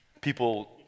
People